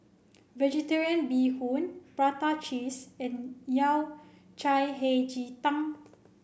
Vegetarian Bee Hoon Prata Cheese and Yao Cai Hei Ji Tang